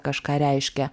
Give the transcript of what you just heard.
kažką reiškia